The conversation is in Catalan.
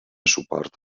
suport